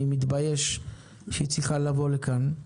אני מתבייש שהיא צריכה לבוא לכאן.